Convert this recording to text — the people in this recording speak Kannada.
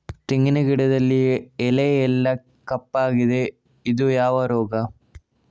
ತೆಂಗಿನ ಗಿಡದಲ್ಲಿ ಎಲೆ ಎಲ್ಲಾ ಕಪ್ಪಾಗಿದೆ ಇದು ಯಾವ ರೋಗ?